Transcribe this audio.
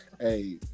Hey